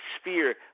sphere